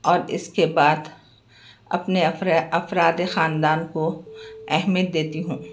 اور اس کے بعد اپنے اپنے افراد خاندان کو اہمیت دیتی ہوں